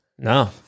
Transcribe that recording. No